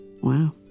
Wow